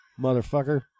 motherfucker